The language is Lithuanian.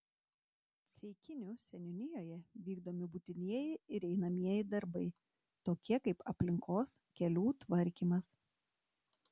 ceikinių seniūnijoje vykdomi būtinieji ir einamieji darbai tokie kaip aplinkos kelių tvarkymas